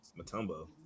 Matumbo